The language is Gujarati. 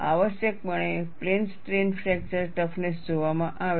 આવશ્યકપણે પ્લેન સ્ટ્રેન ફ્રૅક્ચર ટફનેસ જોવામાં આવે છે